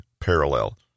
parallel